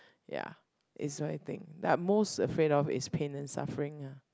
ya is what I think that most afraid of is pain and suffering lah